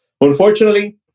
unfortunately